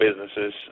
businesses